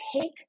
take